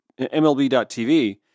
MLB.tv